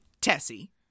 Tessie